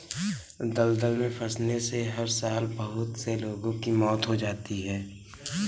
दलदल में फंसने से हर साल बहुत से लोगों की मौत हो जाती है